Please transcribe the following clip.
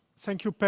thank you, peter,